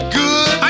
good